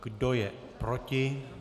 Kdo je proti?